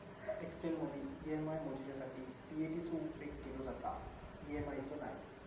एक्सेलमदी ई.एम.आय मोजूच्यासाठी पी.ए.टी चो उपेग केलो जाता, ई.एम.आय चो नाय